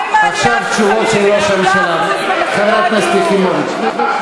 מה עם העלייה של 57% במחירי הדיור?